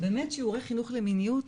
ובאמת שיעורי חינוך למיניות,